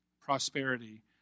prosperity